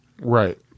Right